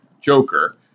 Joker